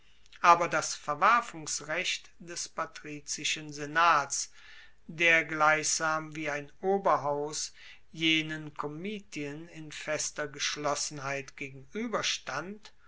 aber das verwerfungsrecht des patrizischen senats der gleichsam wie ein oberhaus jenen komitien in fester geschlossenheit